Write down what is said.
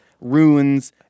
ruins